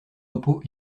repos